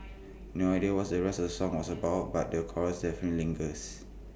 no idea what the rest of the song was about but the chorus definitely lingers